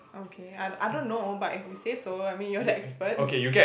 okay I I don't know but if you say so I mean you're the expert